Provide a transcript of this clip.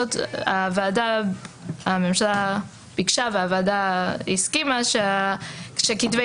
הממשלה ביקשה והוועדה הסכימה שכתבי